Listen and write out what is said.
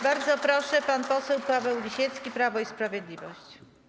Bardzo proszę, pan poseł Paweł Lisiecki, Prawo i Sprawiedliwość.